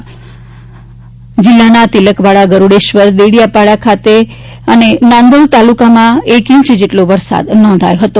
રાજકોટ જિલ્લાના તિલકવાડા ગરૂડેશ્વર દેડીયાપાડા ખાતે આગબારા નાંદોહ તાલુકાઓમાં એક ઇંચ જેટલો વરસાદ નોંધાવ્યો હતો